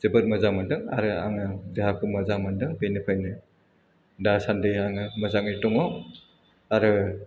जोबोद मोजां मोनदों आरो आङो देहाखौ मोजां मोन्दों बेनिखायनो दा सानदि आङो मोजाङै दङ आरो